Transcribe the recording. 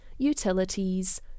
Utilities